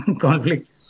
conflict